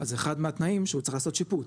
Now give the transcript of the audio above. אז אחד מהתנאים שהוא צריך לעשות שיפוץ,